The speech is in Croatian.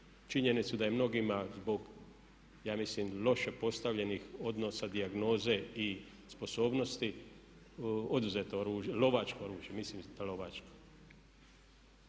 činjenicu da je mnogima zbog ja mislim loše postavljenih odnosa dijagnoze i sposobnosti oduzeto oružje, lovačko oružje. Mislim na lovačko.